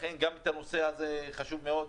לכן גם הנושא הזה חשוב מאוד.